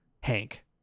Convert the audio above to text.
Hank